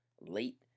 Late